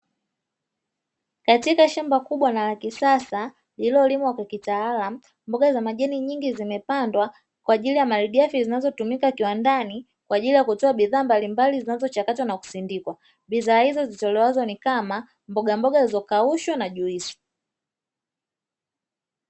Katika shamba kubwa na la kisasa lililolimwa kitaalamu mboga za majani nyingi zimepandwa kwa ajili ya malighafi zinazotumika kiwandani, kwa ajili ya kutoa bidhaa mbalimbali zinazochakatwa na kusindikwa bidhaa hizo zitolewazo ni kama mbogamboga zilizokaushwa na juisi.